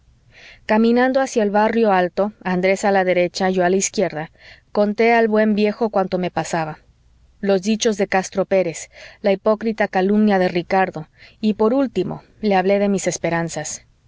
caminando hacia el barrio alto andrés a la derecha yo a la izquierda conté al buen viejo cuanto me pasaba los dichos de castro pérez la hipócrita calumnia de ricardo y por último le hablé de mis esperanzas